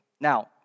Now